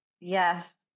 yes